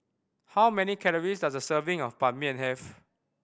how many calories does a serving of Ban Mian have